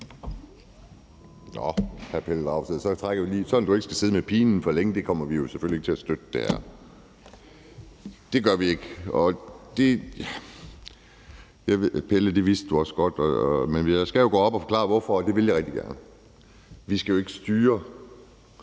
Nå, hr. Pelle Dragsted, vi trækker den ikke så længe, så du ikke skal sidde med pinen for længe: Det her kommer vi selvfølgelig ikke til at støtte. Det gør vi ikke. Pelle Dragsted, det vidste du også godt, men jeg skal jo gå op og forklare hvorfor, og det vil jeg rigtig gerne. Vi skal jo ikke som